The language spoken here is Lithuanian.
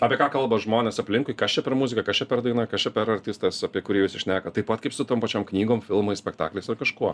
apie ką kalba žmonės aplinkui kas čia per muzika kas čia per daina kas čia per artistas apie kurį visi šneka taip pat kaip su tom pačiom knygom filmais spektakliais nu ir kažkuo